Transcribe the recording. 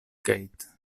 keith